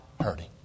hurting